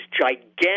gigantic